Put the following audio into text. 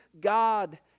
God